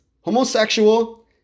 homosexual